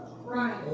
Right